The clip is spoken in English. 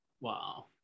Wow